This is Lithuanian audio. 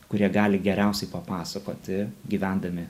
kurie gali geriausiai papasakoti gyvendami